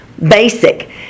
basic